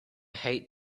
hate